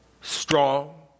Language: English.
Strong